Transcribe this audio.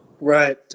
Right